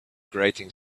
grating